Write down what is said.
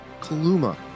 Kaluma